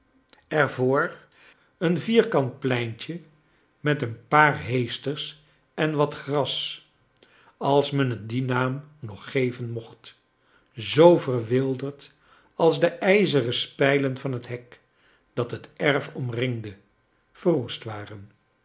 voor een vierkant pleintje mot een paar heesters en wat gras als men het dien naam nog geven mocht zoo verwilderd als de ijzeren spijlen van het hek dat het erf omringde verroest waren